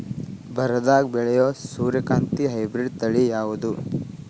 ಬರದಾಗ ಬೆಳೆಯೋ ಸೂರ್ಯಕಾಂತಿ ಹೈಬ್ರಿಡ್ ತಳಿ ಯಾವುದು?